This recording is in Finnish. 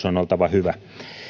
on oltava hyvä